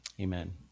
Amen